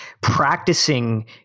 practicing